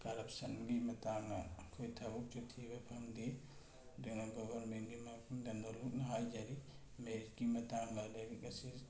ꯀꯔꯞꯁꯟꯒꯤ ꯃꯇꯥꯡꯅ ꯑꯩꯈꯣꯏ ꯊꯕꯛꯁꯨ ꯊꯤꯕ ꯐꯪꯗꯦ ꯑꯗꯨꯅ ꯒꯚꯔꯟꯃꯦꯟꯒꯤ ꯃꯐꯝꯗ ꯅꯣꯜꯂꯨꯛꯅ ꯍꯥꯏꯖꯔꯤ ꯃꯦꯔꯤꯠꯀꯤ ꯃꯇꯥꯡꯗ ꯂꯥꯏꯔꯤꯛ ꯑꯁꯦ